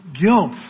guilt